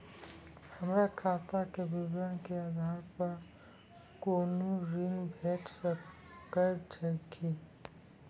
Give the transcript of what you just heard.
हमर खाता के विवरण के आधार प कुनू ऋण भेट सकै छै की?